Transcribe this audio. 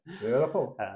beautiful